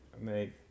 Make